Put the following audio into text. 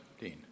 Dean